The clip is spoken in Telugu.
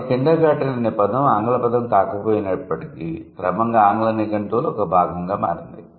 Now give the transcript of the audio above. కాబట్టి కిండర్ గార్టెన్ అనే పదం ఆంగ్ల పదం కాకపోయినప్పటికీ క్రమంగా ఆంగ్ల నిఘంటువులో ఒక భాగంగా మారింది